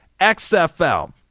XFL